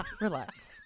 Relax